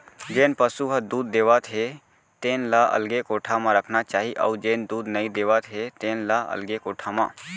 जेन पसु ह दूद देवत हे तेन ल अलगे कोठा म रखना चाही अउ जेन दूद नइ देवत हे तेन ल अलगे कोठा म